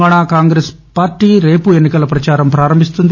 Telangana Congress party రేపు ఎన్నికల పచారం పారంభిస్తుంది